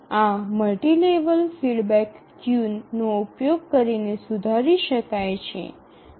આ multi level feedback ક્યૂનો ઉપયોગ કરીને સુધારી શકાય છે